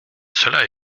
cela